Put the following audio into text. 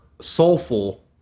soulful